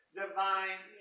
divine